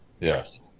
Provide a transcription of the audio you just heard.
Yes